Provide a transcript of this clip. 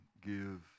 give